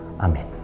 Amen